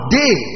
day